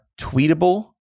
tweetable